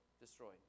destroyed